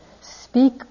speak